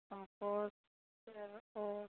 हमको cell phone